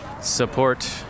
Support